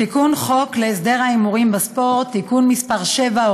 תיקון חוק להסדר ההימורים בספורט (תיקון מס' 7,